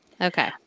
Okay